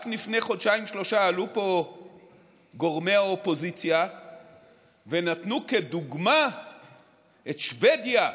רק לפני חודשיים-שלושה עלו פה גורמי האופוזיציה ונתנו כדוגמה את שבדיה: